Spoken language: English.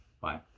Bye